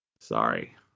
Sorry